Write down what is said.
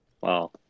Wow